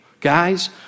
Guys